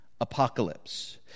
Apocalypse